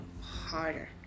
harder